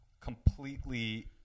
completely